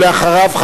ואחריו,